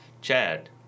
Chad